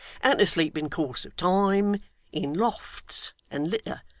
and to sleep in course of time in lofts and litter,